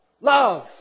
love